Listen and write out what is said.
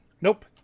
Nope